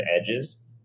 edges